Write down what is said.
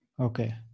Okay